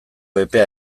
epea